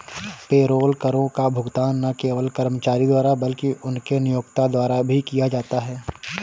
payroll करों का भुगतान न केवल कर्मचारी द्वारा बल्कि उनके नियोक्ता द्वारा भी किया जाता है